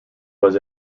was